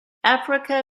africa